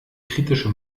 kritische